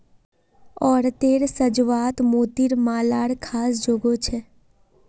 औरतेर साज्वात मोतिर मालार ख़ास जोगो छे